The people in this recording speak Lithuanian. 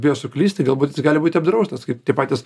bijo suklysti galbūt jis gali būti apdraustas kaip tie patys